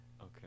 Okay